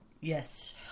Yes